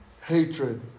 Hatred